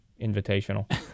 Invitational